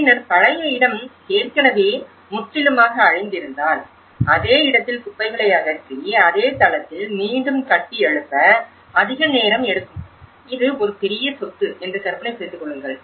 பின்னர் பழைய இடம் ஏற்கனவே முற்றிலுமாக அழிந்திருந்தால் அதே இடத்தில் குப்பைகளை அகற்றி அதே தளத்தில் மீண்டும் கட்டியெழுப்ப அதிக நேரம் எடுக்கும் இது ஒரு பெரிய சொத்து என்று கற்பனை செய்து கொள்ளுங்கள்